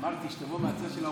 אמרתי שתבוא מהצד של האופוזיציה,